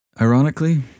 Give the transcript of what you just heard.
Ironically